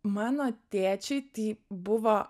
mano tėčiui tai buvo